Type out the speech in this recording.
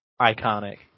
iconic